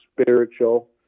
spiritual